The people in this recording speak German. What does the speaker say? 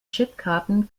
chipkarten